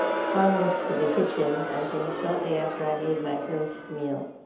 fondness for the kitchen, i think, shortly after i made my first meal.